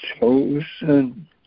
chosen